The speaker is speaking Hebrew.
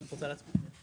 אז סעיף קטן (ב)